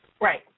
Right